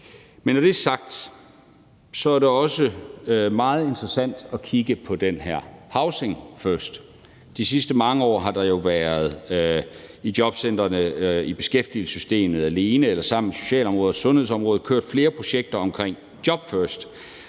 Men når det er sagt, er det også meget interessant at kigge på den her Housing First. De sidste mange år har der jo i jobcentrene, i beskæftigelsessystemet alene eller sammen med socialområdet og sundhedsområdet været kørt flere projekter omkring JobFirst,